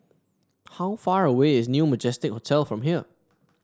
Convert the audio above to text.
how far away is New Majestic Hotel from here